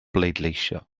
bleidleisio